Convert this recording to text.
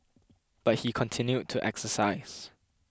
but he continued to exercise